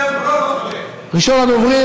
מס' 10924,